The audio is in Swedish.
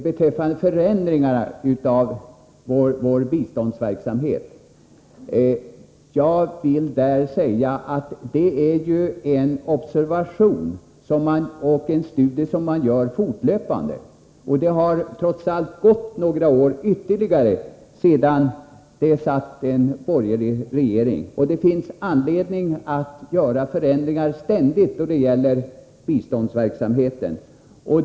Beträffande förändringarna i vår biståndsverksamhet vill jag säga att det ju gäller en observation, en studie som man gör fortlöpande. Det har trots allt gått ytterligare några år från det att det satt en borgerlig regering. Det finns anledning att ständigt göra förändringar då det gäller biståndsverksamhet.